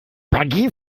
buggy